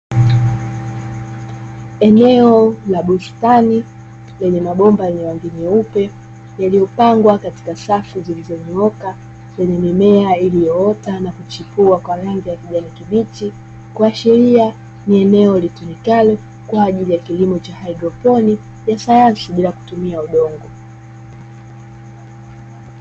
Eneo la bustani lenye mabomba yenye rangi nyeupe yaliyopangwa katika safu zilizonyooka yenye mimea iliota na kuchipua kwa rangi ya kijani kibichi, kuhashiria ni eneo litumikalo kwa ajili ya kilimo cha haidroploniya sayansi bila kutumia udongo.